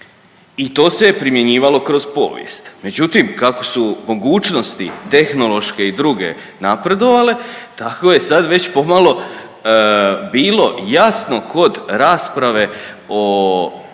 I to se primjenjivalo kroz povijest, međutim kako su mogućnosti tehnološke i druge napredovale tako je sad već pomalo bilo jasno kod rasprave o